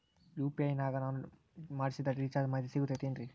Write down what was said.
UPI ನಾಗ ನಾನು ಮಾಡಿಸಿದ ರಿಚಾರ್ಜ್ ಮಾಹಿತಿ ಸಿಗುತೈತೇನ್ರಿ?